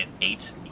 eight